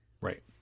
Right